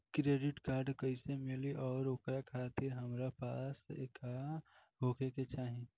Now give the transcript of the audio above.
Credit card कैसे मिली और ओकरा खातिर हमरा पास का होए के चाहि?